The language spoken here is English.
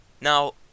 Now